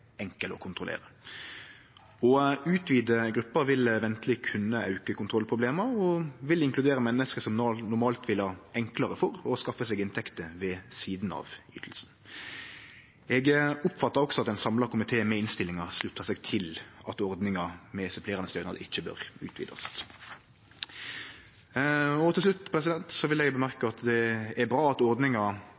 å kontrollere. Å utvide gruppa ville venteleg kunne auke kontrollproblema og ville inkludere menneske som normalt ville ha enklare for å skaffe seg inntekter ved sidan av ytinga. Eg oppfattar også at ein samla komité med innstillinga sluttar seg til at ordninga med supplerande stønad ikkje bør utvidast. Til slutt vil eg seie at det er bra at ordninga